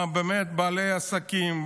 בעלי עסקים,